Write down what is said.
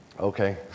okay